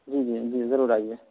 جی جی جی ضرور آئیے